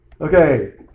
Okay